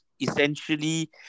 essentially